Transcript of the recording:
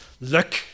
Look